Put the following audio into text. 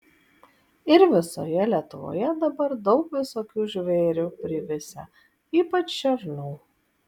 ir visoje lietuvoje dabar daug visokių žvėrių privisę ypač šernų